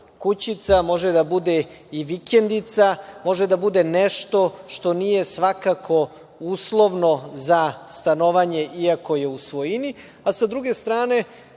kućica, može da bude i vikendica, može da bude nešto što nije svakako uslovno za stanovanje iako je u svojini. Sa druge strane